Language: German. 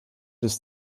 des